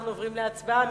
אנחנו עוברים להצבעה.